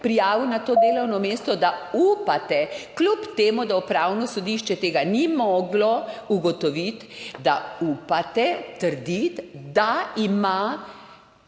to delovno mesto, da upate, kljub temu da Upravno sodišče tega ni moglo ugotoviti, trditi, da ima